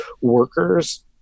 workers